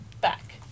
back